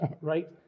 right